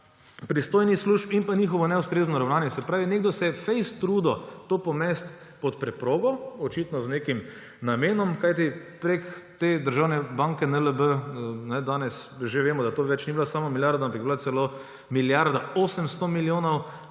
pristojnih služb in pa njihovo neustrezno ravnanje. Se pravi, nekdo se je fejst trudil to pomesti pod preprogo, očitno z nekim namenom, kajti preko te državne banke NLB, danes že vemo, da to že ni bila samo milijarda, ampak je bila celo milijarda 800 milijonov